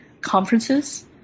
conferences